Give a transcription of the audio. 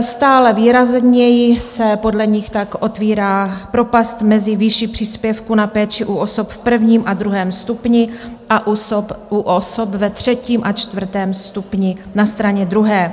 Stále výrazněji se podle nich tak otvírá propast mezi výší příspěvku na péči u osob v prvním a druhém stupni a u osob ve třetím a čtvrtém stupni na straně druhé.